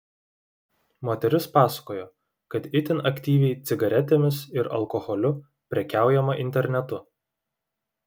moteris pasakojo kad itin aktyviai cigaretėmis ir alkoholiu prekiaujama internetu